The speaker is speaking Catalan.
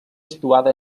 situada